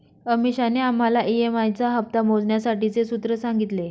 अमीषाने आम्हाला ई.एम.आई चा हप्ता मोजण्यासाठीचे सूत्र सांगितले